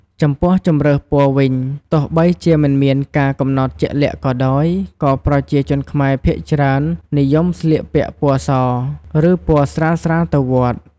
ចំពោះជម្រើសពណ៌វិញ ទោះបីជាមិនមានការកំណត់ជាក់លាក់ក៏ដោយ ក៏ប្រជាជនខ្មែរភាគច្រើននិយមស្លៀកពាក់ពណ៌ស ឬពណ៌ស្រាលៗទៅវត្ត។